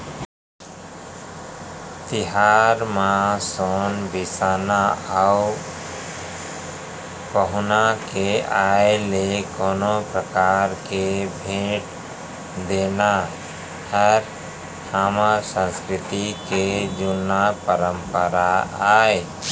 तिहार म सोन बिसाना अउ पहुना के आय ले कोनो परकार के भेंट देना हर हमर संस्कृति के जुन्ना परपंरा आय